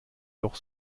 doch